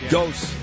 Ghost